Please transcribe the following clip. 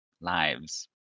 lives